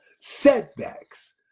setbacks